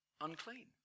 Unclean